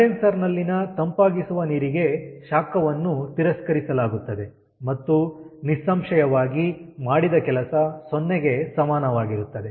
condenser ನಲ್ಲಿನ ತಂಪಾಗಿಸುವ ನೀರಿಗೆ ಶಾಖವನ್ನು ತಿರಸ್ಕರಿಸಲಾಗುತ್ತದೆ ಮತ್ತು ನಿಸ್ಸಂಶಯವಾಗಿ ಮಾಡಿದ ಕೆಲಸ ಸೊನ್ನೆಗೆ ಸಮಾನವಾಗಿರುತ್ತದೆ